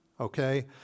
okay